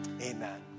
amen